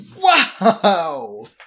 Wow